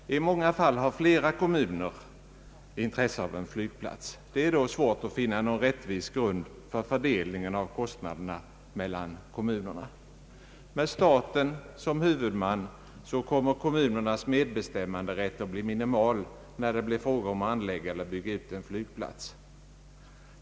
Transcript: I många fall har flera kommuner intresse av en flygplats. Det är då svårt att finna en rättvis grund för fördelningen av kostnaderna mellan kommunerna. Med staten som huvudman kommer kommunernas medbestämmanderätt att bli minimal när det blir fråga om att anlägga eller bygga ut en flygplats.